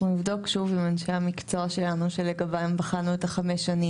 אנחנו נבדוק שוב את הנתנון שלגביו בחנו את החמש שנים.